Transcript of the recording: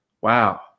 wow